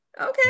okay